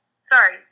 sorry